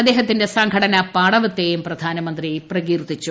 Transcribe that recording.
അദ്ദേഹത്തിന്റെ സംഘടനാ പാടവത്തെയും പ്രധാനമന്ത്രി പ്രകീർത്തിച്ചു